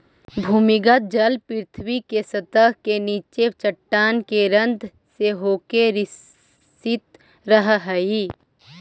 भूमिगत जल पृथ्वी के सतह के नीचे चट्टान के रन्ध्र से होके रिसित रहऽ हई